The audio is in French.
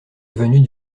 avenue